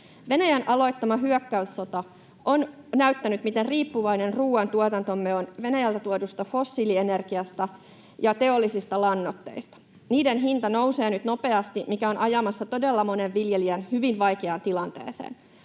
Venäjän aloittama hyökkäyssota on näyttänyt, miten riippuvainen ruoantuotantomme on Venäjältä tuodusta fossiilienergiasta ja teollisista lannoitteista. Niiden hinta nousee nyt nopeasti, mikä on ajamassa todella monen viljelijän hyvin vaikeaan tilanteeseen.